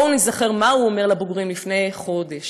בואו ניזכר מה הוא אמר לבוגרים לפני חודש.